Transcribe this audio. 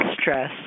stress